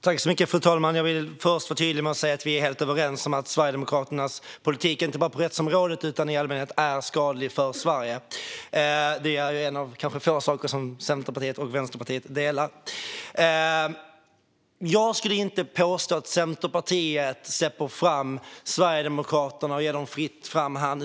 Fru talman! Jag vill först vara tydlig och säga att vi är helt överens om att Sverigedemokraternas politik, inte bara på rättsområdet utan i allmänhet, är skadlig för Sverige. Detta är kanske en av få saker som Centerpartiet och Vänsterpartiet delar uppfattning om. Jag skulle inte påstå att Centerpartiet släpper fram Sverigedemokraterna och ger dem fritt fram.